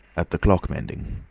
at the clock-mending.